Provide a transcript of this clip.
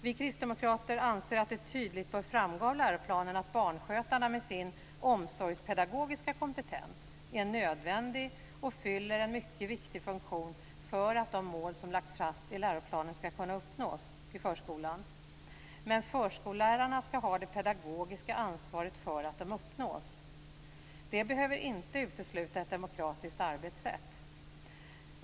Vi kristdemokrater anser att det tydligt skall framgå av läroplanen att barnskötarna med sin omsorgspedagogiska kompetens är nödvändiga och fyller en mycket viktig funktion för att de mål som har lagts fast i läroplanen skall kunna uppnås i förskolan, men förskollärarna skall ha det pedagogiska ansvaret för att de uppnås. Det behöver inte utesluta ett demokratiskt arbetssätt.